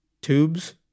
tubes